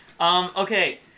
Okay